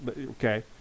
Okay